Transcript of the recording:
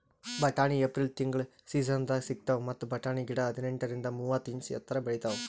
ಬಟಾಣಿ ಏಪ್ರಿಲ್ ತಿಂಗಳ್ ಸೀಸನ್ದಾಗ್ ಸಿಗ್ತಾವ್ ಮತ್ತ್ ಬಟಾಣಿ ಗಿಡ ಹದಿನೆಂಟರಿಂದ್ ಮೂವತ್ತ್ ಇಂಚ್ ಎತ್ತರ್ ಬೆಳಿತಾವ್